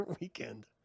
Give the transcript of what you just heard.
weekend